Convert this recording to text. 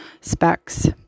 specs